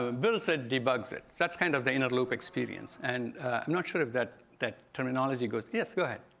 ah builds it, debugs it. that's kind of the inner loop experience and i'm not sure if that that terminology goes. yes, go ahead.